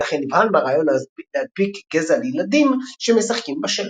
ולכן נבהל מהרעיון "להדביק" גזע לילדים שמשחקים בשלג.